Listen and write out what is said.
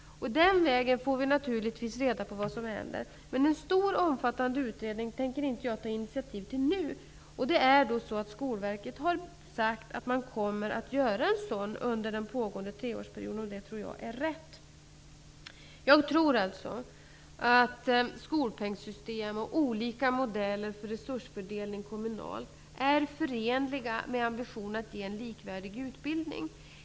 Den vägen får vi naturligtvis reda på vad som händer. Jag tänker inte ta initiativ till en stor och omfattande utredning nu. Skolverket har sagt att man kommer att göra en sådan under den pågående treårsperioden. Jag tror att det är rätt. Jag tror alltså att skolpengssystem och olika modeller för resursfördelning kommunalt är förenliga med ambitionen att ge en likvärdig utbildning.